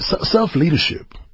self-leadership